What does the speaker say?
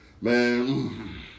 man